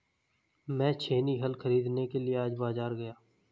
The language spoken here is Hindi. मैं छेनी हल खरीदने के लिए आज बाजार गया